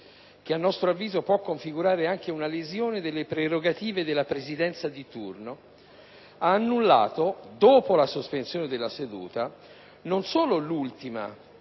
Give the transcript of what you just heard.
che a nostro avviso può configurare anche una lesione delle prerogative della Presidenza di turno, ha annullato, dopo la sospensione della seduta, non solo l'ultima,